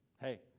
hey